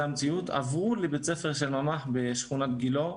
המציאות עברו לבית ספר של ממ"ח בשכונת גילה,